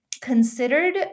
considered